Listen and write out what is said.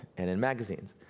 and in magazines.